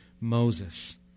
Moses